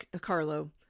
Carlo